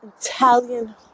Italian